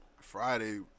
Friday